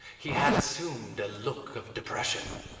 he had assumed a look of depression.